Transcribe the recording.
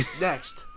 Next